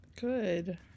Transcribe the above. good